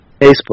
Facebook